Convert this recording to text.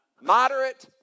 Moderate